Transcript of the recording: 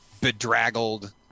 bedraggled